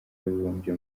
w’abibumbye